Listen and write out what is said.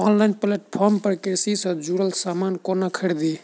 Online platform पर कृषि सँ जुड़ल समान कोना खरीदी?